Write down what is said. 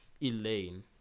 Elaine